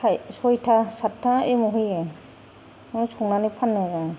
सयथा सातथा एमाव होयो बेखौनो संनानै फानो जों